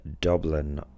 Dublin